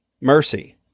mercy